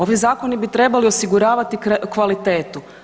Ovi zakoni bi trebali osiguravati kvalitetu.